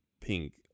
pink